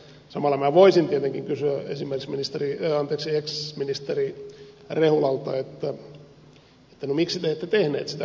samalla minä voisin tietenkin kysyä esimerkiksi ex ministeri rehulalta että miksi te ette tehneet sitä korotusta